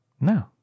No